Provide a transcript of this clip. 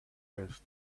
vest